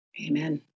Amen